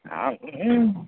ஆ ம்